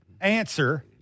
Answer